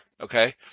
okay